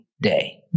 day